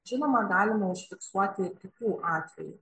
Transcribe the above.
žinoma galima užfiksuoti kitų atvejų